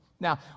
Now